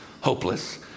Hopeless